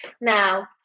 Now